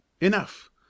enough